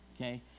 okay